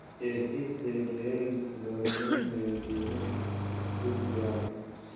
एही से ढेर गर्मी मे गेहूँ सुख जाला